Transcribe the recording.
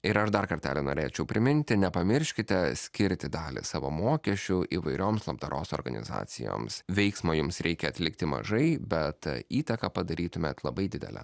ir aš dar kartelį norėčiau priminti nepamirškite skirti dalį savo mokesčių įvairioms labdaros organizacijoms veiksmo jums reikia atlikti mažai bet įtaką padarytumėt labai didelę